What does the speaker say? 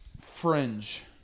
fringe